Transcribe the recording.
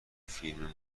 فیلم